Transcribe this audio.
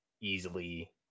easily